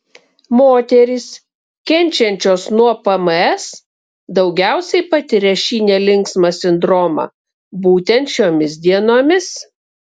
moterys kenčiančios nuo pms daugiausiai patiria šį nelinksmą sindromą būtent šiomis dienomis